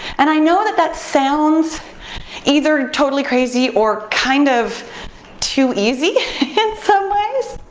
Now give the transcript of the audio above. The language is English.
and i know that that sounds either totally crazy or kind of too easy in some ways.